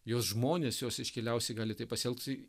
jos žmonės jos iškiliausi gali taip pasielgt